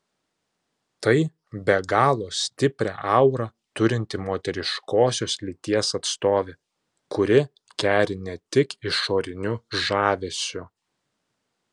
tai be galo stiprią aurą turinti moteriškosios lyties atstovė kuri keri ne tik išoriniu žavesiu